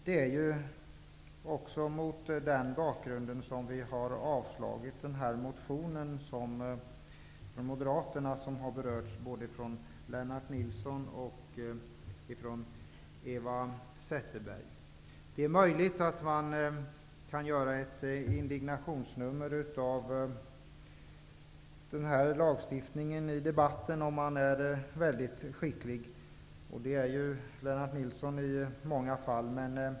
Det är mot den bakgrunden som vi i utskottet har avstyrkt den motion från Moderaterna som både Lennart Det är möjligt att om man är en skicklig debattör, vilket Lennart Nilsson i många fall är, kan göra ett stort nummer av indignation över denna lagstiftning.